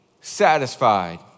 satisfied